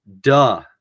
Duh